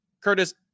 Curtis